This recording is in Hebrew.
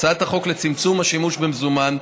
הצעת החוק לצמצום השימוש במזומן,